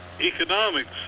economics